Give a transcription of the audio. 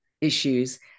issues